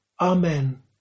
Amen